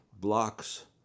blocks